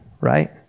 Right